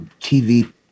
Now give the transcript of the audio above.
TV